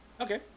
Okay